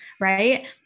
right